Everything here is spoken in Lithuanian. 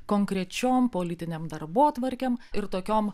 konkrečiom politinėm darbotvarkėm ir tokiom